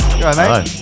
Hello